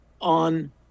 on